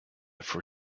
for